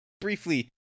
briefly